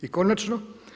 I konačno.